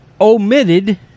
omitted